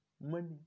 money